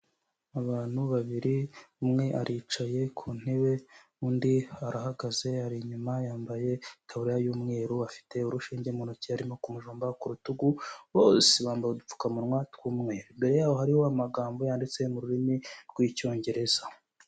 Abantu babiri umwe aricaye ku ntebe undi arahagaze ari inyuma yambaye itaburiya y'umweru, afite urushinge mu ntoki arimo kumujomba ku rutugu bose bambaye udupfukamunwa tw'umweru, imbere yabo hariho amagambo yanditse mu rurimi rw'Icyongereza.